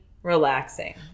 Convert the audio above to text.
relaxing